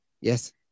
Yes